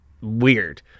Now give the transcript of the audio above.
weird